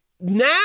now